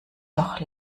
doch